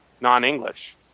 non-English